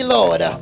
Lord